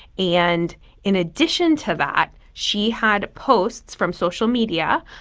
and in addition to that, she had posts from social media,